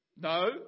No